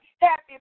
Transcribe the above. Happy